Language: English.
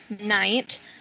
night